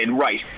right